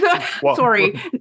Sorry